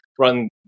run